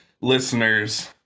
listeners